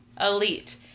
elite